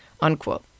Unquote